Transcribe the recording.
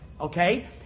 Okay